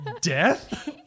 Death